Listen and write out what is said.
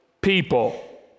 people